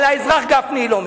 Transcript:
על האזרח גפני לא מגינה?